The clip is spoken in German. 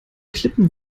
klippen